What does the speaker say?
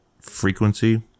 frequency